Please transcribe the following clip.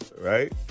right